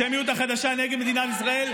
האנטישמיות החדשה נגד מדינת ישראל,